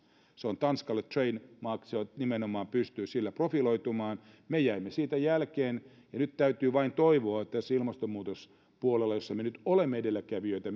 tämä on tanskalle trademark se nimenomaan pystyy sillä profiloitumaan me jäimme siitä jälkeen ja nyt täytyy vain toivoa että tässä ilmastonmuutospuolella jossa me nyt olemme edelläkävijöitä